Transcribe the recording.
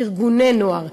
ארגוני נוער,